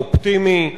האופטימי,